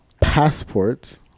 passports